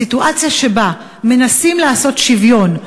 בסיטואציה שבה מנסים לעשות שוויון,